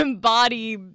body